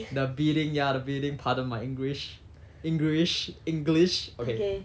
the bidding ya the bidding pardon my english english english okay